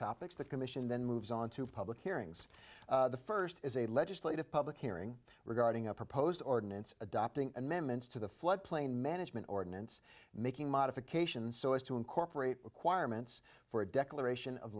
topics the commission then moves on to public hearings the first is a legislative public hearing regarding a proposed ordinance adopting amendments to the floodplain management ordinance making modifications so as to incorporate requirements for a declaration of